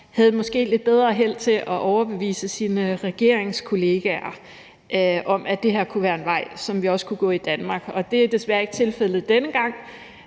havde lidt bedre held til at overbevise deres regeringskollegaer om, at det her kunne være en vej, som vi også kunne gå i Danmark. Det er desværre ikke tilfældet denne gang,